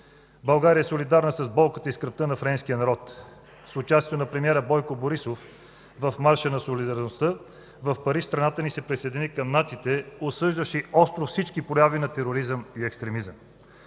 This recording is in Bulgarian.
България е солидарна с болката и скръбта на френския народ. С участието на премиера Бойко Борисов в Марша на солидарността в Париж страната ни се присъедини към нациите, осъждащи остро всички прояви на тероризъм и екстремизъм.